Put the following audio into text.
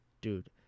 Dude